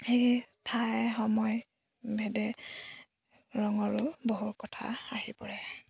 সেই ঠাই সময় ভেদে ৰঙৰো বহু কথা আহি পৰে